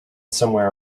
somewhere